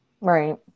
Right